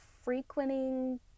Frequenting